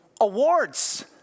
awards